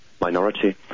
Minority